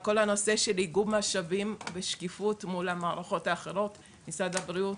כל הנושא של איגום משאבים ושקיפות מול המערכות האחרות: משרד הבריאות,